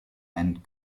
and